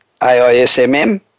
AISMM